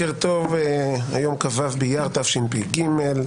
היום כ"ו באייר תשפ"ג.